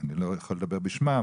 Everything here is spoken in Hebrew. אני לא יכול לדבר בשמם,